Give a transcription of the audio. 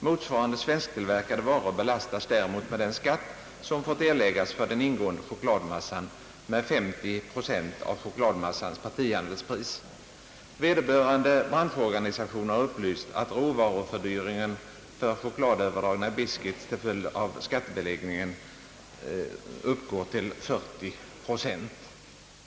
Motsvarande svensktillverkade varor belastas däremot med den skatt som fått erläggas för den ingående chokladmassan med 50 procent av chokladmassans partihandelspris. Vederbörande branschorganisation har upplyst att råvarufördyringen för chokladöverdragna biscuits till följd av skattebeläggningen uppgår till 40 procent.